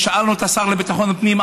כששאלנו את השר לביטחון פנים,